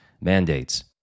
mandates